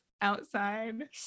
outside